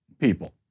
people